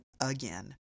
again